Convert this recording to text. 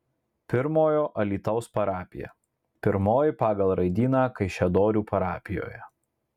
pirmojo alytaus parapija pirmoji pagal raidyną kaišiadorių parapijoje